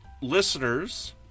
listeners